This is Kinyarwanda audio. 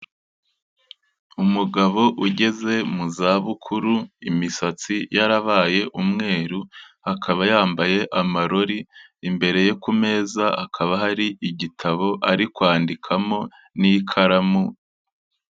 Umugabo ugeze mu zabukuru, imisatsi yarabaye umweru, akaba yambaye amarori, imbere yo ku meza hakaba hari igitabo ari kwandikamo n'ikaramu.